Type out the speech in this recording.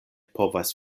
povas